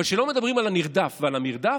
אבל כשלא מדברים על הנרדף ועל המרדף,